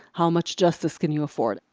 how much justice can you afford.